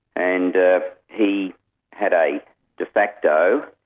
and he had a de facto,